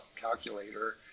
calculator